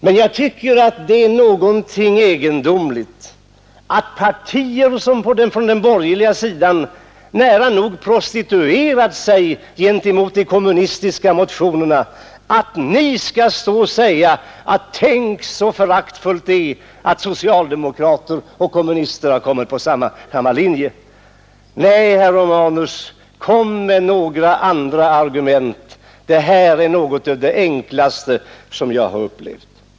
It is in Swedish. Men jag tycker det är något egendomligt att företrädare för partier på den borgerliga sidan, som nära nog prostituerat sig gentemot de kommunistiska motionerna, skall stå och säga: Tänk så föraktligt det är att socialdemokrater och kommunister har kommit på samma linje. Nej, herr Romanus, kom med några andra argument! Det här är något av det enklaste som jag har hört.